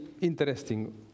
interesting